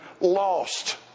lost